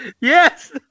Yes